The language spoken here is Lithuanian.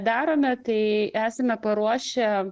darome tai esame paruošę